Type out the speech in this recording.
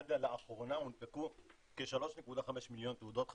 עד לאחרונה הונפקו כ-3.5 מיליון תעודות חכמות,